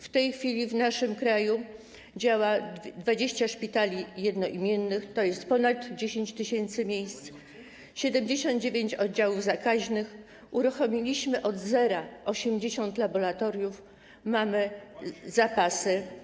W tej chwili w naszym kraju działa 20 szpitali jednoimiennych, tj. ponad 10 tys. miejsc, 79 oddziałów zakaźnych, uruchomiliśmy od zera 80 laboratoriów, mamy zapasy testów.